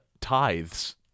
tithes